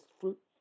fruit